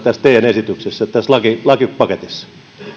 tässä teidän esityksessänne tässä lakipaketissa